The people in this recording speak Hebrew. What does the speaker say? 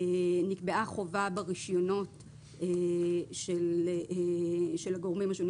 נקבעה חובה ברישיונות של הגורמים השונים